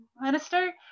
Minister